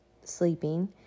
sleeping